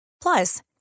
Plus